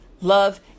Love